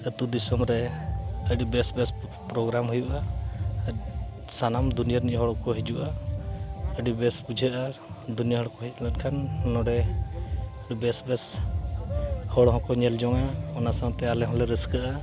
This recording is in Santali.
ᱟᱛᱳ ᱫᱤᱥᱚᱢ ᱨᱮ ᱟᱹᱰᱤ ᱵᱮᱹᱥ ᱵᱮᱹᱥ ᱯᱨᱳᱜᱨᱟᱢ ᱦᱩᱭᱩᱜᱼᱟ ᱟᱨ ᱥᱟᱱᱟᱢ ᱫᱩᱱᱤᱭᱟᱹ ᱨᱮᱱᱤᱡ ᱦᱚᱲ ᱠᱚᱠᱚ ᱦᱤᱡᱩᱜᱼᱟ ᱟᱹᱰᱤ ᱵᱮᱹᱥ ᱵᱩᱡᱷᱟᱹᱜᱼᱟ ᱟᱨ ᱫᱩᱱᱤᱭᱟᱹ ᱦᱚᱲ ᱠᱚ ᱦᱮᱡ ᱞᱮᱱᱠᱷᱟᱱ ᱱᱚᱰᱮ ᱵᱮᱹᱥ ᱵᱮᱹᱥ ᱦᱚᱲ ᱦᱚᱸ ᱠᱚ ᱧᱮᱞ ᱧᱚᱜᱼᱟ ᱚᱱᱟ ᱥᱟᱶᱛᱮ ᱟᱞᱮ ᱦᱚᱸᱞᱮ ᱨᱟᱹᱥᱠᱟᱹᱜᱼᱟ